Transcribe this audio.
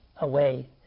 away